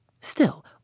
Still